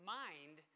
mind